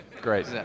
Great